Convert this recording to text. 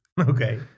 Okay